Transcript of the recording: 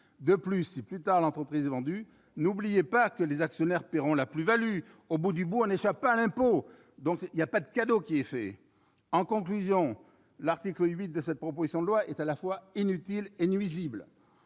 De plus, si plus tard l'entreprise est vendue, n'oubliez pas que les actionnaires paieront la plus-value. Au bout du bout, on n'échappe pas à l'impôt. Aucun cadeau n'est fait ! Enfin, l'article 8 de cette proposition de loi est à la fois inutile et nuisible.